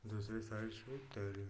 दूसरे साइड से तैरें